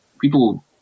People